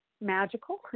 Magical